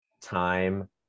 time